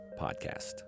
podcast